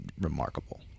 remarkable